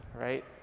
right